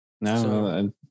no